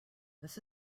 this